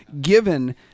given